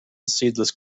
seedless